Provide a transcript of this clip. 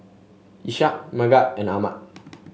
Ishak Megat and Ahmad